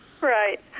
Right